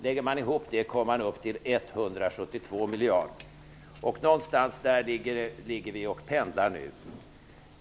Lägger man ihop alla dessa kostnader kommer man upp till 172 miljarder kronor -- någonstans där pendlar vi nu.